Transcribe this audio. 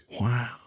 Wow